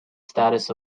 status